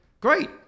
great